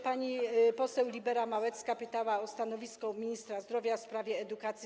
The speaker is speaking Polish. Pani poseł Małecka-Libera pytała o stanowisko ministra zdrowia w sprawie edukacji.